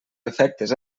efectes